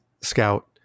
scout